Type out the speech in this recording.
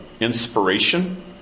inspiration